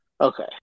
Okay